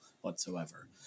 whatsoever